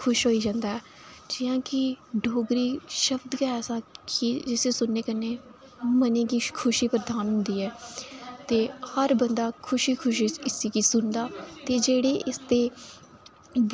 खुश होई जंदा जि'यां कि डोगरी शब्द गै ऐसा ऐ कि जिसी सुनने कन्नै मनै गी खुशी प्रदान होंदी ऐ ते हर बंदा खुशी खुशी इस गी सुनदा ते जेह्ड़े इसदे